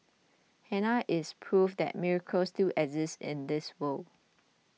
Hannah is proof that miracles still exist in this world